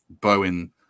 Bowen